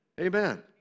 Amen